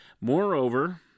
Moreover